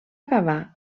acabar